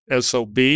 SOB